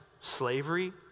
Slavery